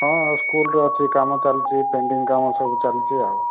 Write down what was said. ହଁ ସ୍କୁଲରେ ଅଛି କାମ ଚାଲିଛି ପେଣ୍ଡିଙ୍ଗ୍ କାମ ସବୁ ଚାଲିଛି ଆଉ